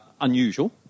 unusual